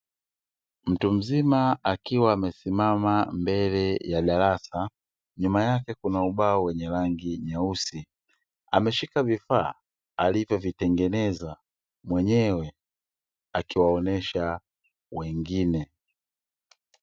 Mtu mzima akiwa amesimama mbele ya darasa nyuma yake kuna ubao wenye rangi nyeusi, ameshika vifaa alivyovitengeneza mwenyewe akiwaonesha wengine.